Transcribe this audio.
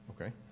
Okay